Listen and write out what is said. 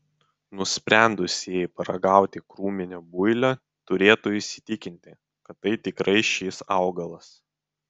nusprendusieji paragauti krūminio builio turėtų įsitikinti kad tai tikrai šis augalas